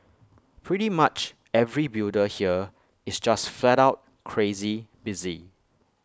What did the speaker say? pretty much every builder here is just flat out crazy busy